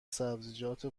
سبزیجات